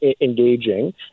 engaging